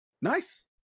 nice